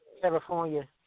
California